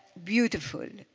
beautiful.